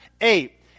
eight